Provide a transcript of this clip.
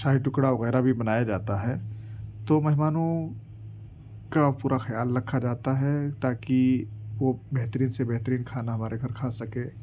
شاہی ٹکرا وغیرہ بھی بنایا جاتا ہے تو مہمانوں کا پورا خیال رکھا جاتا ہے تاکہ وہ بہترین سے بہترین کھانا ہمارے گھر کھا سکے